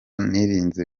nirinze